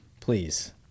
please